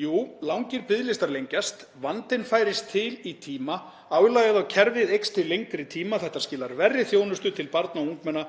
Jú, langir biðlistar lengjast, vandinn færist til í tíma, álagið á kerfið eykst til lengri tíma. Þetta skilar verri þjónustu til barna og ungmenna